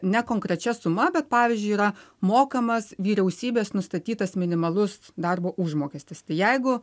ne konkrečia suma bet pavyzdžiui yra mokamas vyriausybės nustatytas minimalus darbo užmokestis tai jeigu